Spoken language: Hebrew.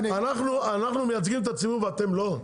אנחנו מייצגים את הציבור ואתם לא?